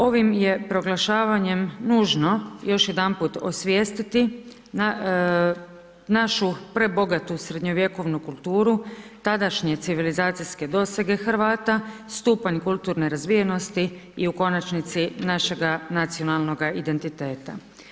Ovim je proglašavanjem nužno još jedanput osvijestiti našu prebogatu srednjovjekovnu kulturu tadašnje civilizacijske dosege Hrvata, stupanj kulturne razvijenosti i u konačnosti našega nacionalnoga identiteta.